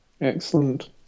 Excellent